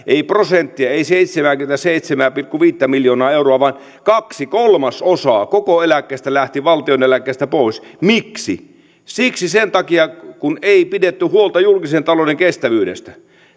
ei prosenttia ei seitsemääkymmentäseitsemää pilkku viittä miljoonaa euroa vaan kaksi kolmasosaa koko valtion eläkkeestä lähti pois miksi siksi kun ei pidetty huolta julkisen talouden kestävyydestä